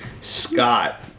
Scott